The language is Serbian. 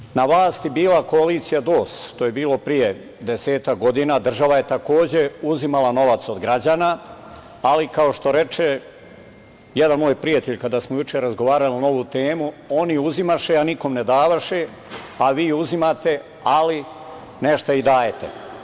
Dok je na vlasti bila koalicija DOS, to je bilo pre desetak godina, država je takođe uzimala novac od građana, ali kao što reče jedan moj prijatelj, kada smo juče razgovarali na ovu temu, on uzimaše, a nikom ne davaše, a vi uzimate, ali nešto i dajete.